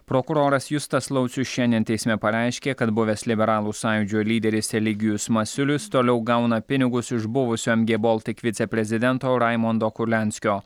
prokuroras justas laucius šiandien teisme pareiškė kad buvęs liberalų sąjūdžio lyderis eligijus masiulis toliau gauna pinigus iš buvusio em gie boltik viceprezidento raimondo kurlianskio